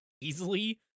easily